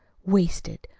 wasted,